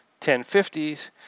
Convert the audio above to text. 1050s